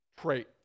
trait